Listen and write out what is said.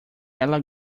ela